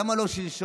למה לא שלשום?